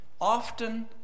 often